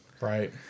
Right